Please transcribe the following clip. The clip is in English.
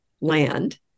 land